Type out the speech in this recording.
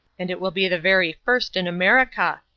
and it will be the very first in america.